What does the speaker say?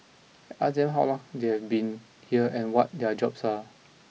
I asked them how long they have been here and what their jobs are